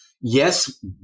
yes